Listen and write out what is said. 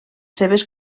seves